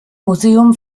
museum